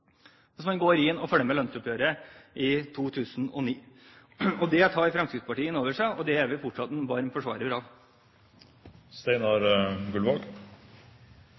hvis man går inn og leser om lønnsoppgjøret i 2009. Det tar Fremskrittspartiet inn over seg, og det er vi fortsatt varme forsvarere av.